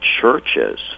churches